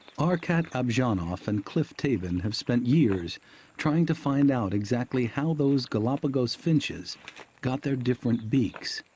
arkat abzhanov and cliff tabin have spent years trying to find out exactly how those galapagos finches got their different beaks.